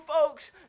folks